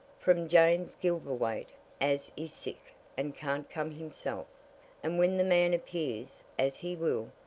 from james gilverthwaite as is sick and can't come himself and when the man appears, as he will,